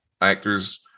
actors